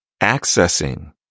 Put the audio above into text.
accessing